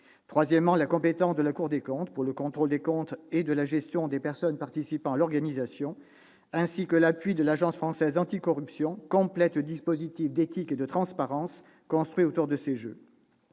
troisième lieu, la compétence de la Cour des comptes pour le contrôle des comptes et de la gestion des personnes participant à l'organisation des Jeux, ainsi que l'appui de l'Agence française anticorruption, complètent le dispositif d'éthique et de transparence construit autour de ces jeux.